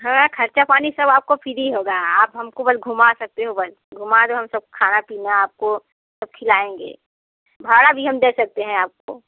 हाँ खर्चा पानी सब आपको फ़ीरी होगा आप हमको बस घुमा सकते हो बस घुमा दो हम सब खाना पीना आपको सब खिलाएँगे भाड़ा भी हम दे सकते हैं आपको